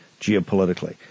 geopolitically